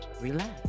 relax